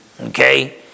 Okay